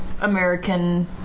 American